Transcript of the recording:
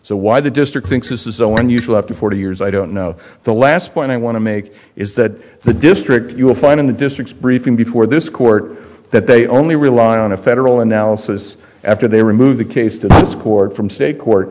so why the district thinks this is so unusual after forty years i don't know the last point i want to make is that the district you will find in the districts briefing before this court that they only rely on a federal analysis after they remove the case to this court from state court